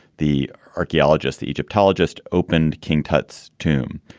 the archaeologist, the egyptologist, opened king tut's tomb.